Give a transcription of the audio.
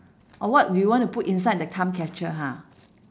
or what do you want to put inside the time catcher ha